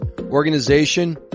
organization